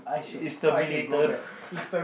is terminator